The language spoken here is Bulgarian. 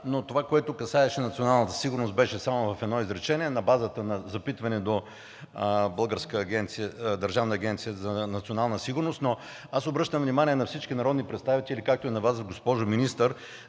Но това, което касаеше националната сигурност, беше само в едно изречение на базата на запитване до Държавна агенция „Национална сигурност“. Аз обръщам внимание на всички народни представители, както и на Вас, госпожо Министър